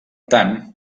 tant